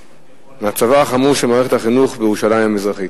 מצבה החמור של מערכת החינוך בירושלים המזרחית.